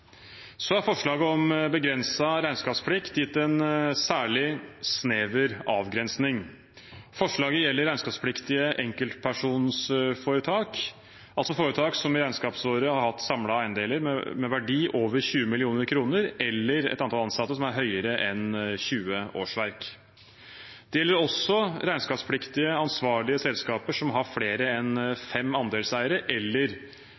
Forslaget om begrenset regnskapsplikt er gitt en særlig snever avgrensning. Forslaget gjelder regnskapspliktige enkeltpersonforetak, altså foretak som i regnskapsåret har hatt samlede eiendeler med en verdi over 20 mill. kr eller et antall ansatte som er høyere enn 20 årsverk. Det gjelder også regnskapspliktige ansvarlige selskaper som har flere enn fem andelseiere, har hatt en salgsinntekt på 5 mill. kr eller